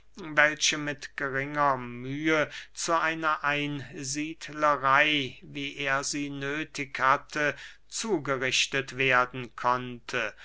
welche mit geringer mühe zu einer einsiedlerey wie er sie nöthig hatte zugerichtet werden konnte